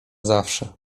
zawsze